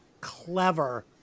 clever